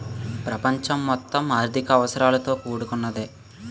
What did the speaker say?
ప్రపంచం మొత్తం ఆర్థిక అవసరాలతో కూడుకున్నదే